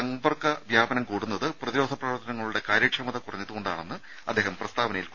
സമ്പർക്ക വ്യാപനം കൂടുന്നത് പ്രതിരോധ പ്രവർത്തനങ്ങളുടെ കാര്യക്ഷമത കുറഞ്ഞതുകൊണ്ടാണെന്ന് അദ്ദേഹം പ്രസ്താവനയിൽ കുറ്റപ്പെടുത്തി